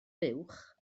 fuwch